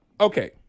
Okay